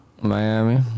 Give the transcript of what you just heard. Miami